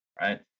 right